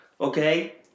okay